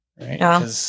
Right